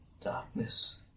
Darkness